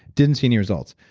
didn't see any results.